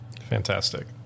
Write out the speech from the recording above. fantastic